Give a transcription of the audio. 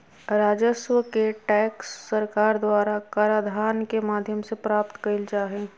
राजस्व के टैक्स सरकार द्वारा कराधान के माध्यम से प्राप्त कइल जा हइ